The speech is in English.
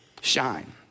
shine